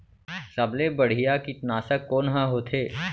सबले बढ़िया कीटनाशक कोन ह होथे?